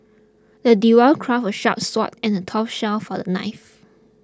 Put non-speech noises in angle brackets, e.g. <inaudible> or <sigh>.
the <unintelligible> crafted a sharp sword and a tough shield for the knight